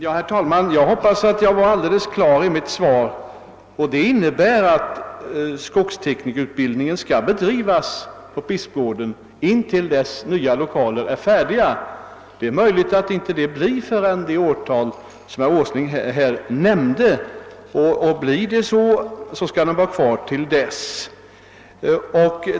Herr talman! Jag hoppas att jag uttryckte mig alldeles klart i mitt svar. Detta innebär att skogsinstitutet skall bedriva sin verksamhet i Bispgården intill dess att nya lokaler är färdiga. Det är möjligt att detta inte inträffar förrän det år som herr Åsling nämnde, och institutet skall alltså vara kvar till dess.